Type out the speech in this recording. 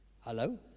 Hello